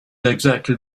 exactly